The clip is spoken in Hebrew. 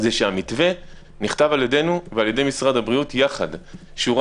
אנחנו מבינים שעיקר